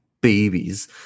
babies